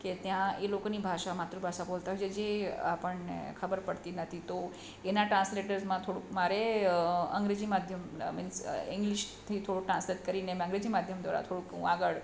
કે ત્યાં એ લોકોની ભાષા માતૃભાષા બોલતા જે જે આપણને ખબર પડતી નથી તો એના ટ્રાન્સલેટર્સમાં થોડુંક મારે અંગ્રેજી માધ્યમ મિન્સ ઇંગ્લિસથી થોડુંક ટ્રાન્સલેટ કરીને એમ અંગ્રેજી માધ્યમ દ્વારા થોડુંક હું આગળ